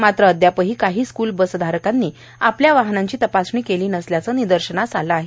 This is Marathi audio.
मात्र अदयापही काही स्कूल बसधारकांनी आपल्या वाहनांची तपासणी केली नसल्याचं निदर्शनास आलं आहे